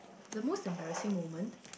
the most embarrassing moment